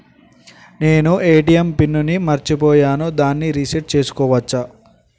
నేను ATM PIN ని మరచిపోయాను దాన్ని రీ సెట్ చేసుకోవచ్చా?